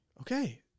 Okay